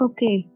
Okay